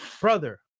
Brother